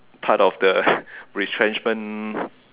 part of the retrenchment